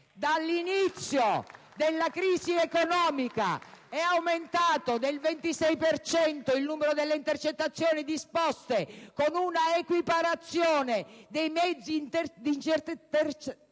Dall'inizio della crisi economica è aumentato del 26 per cento il numero delle intercettazioni disposte con una equiparazione dei mezzi di intercettazione